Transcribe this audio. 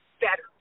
better